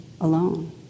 alone